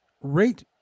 rate